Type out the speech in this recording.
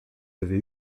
avez